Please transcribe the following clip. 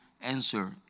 answer